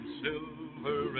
silver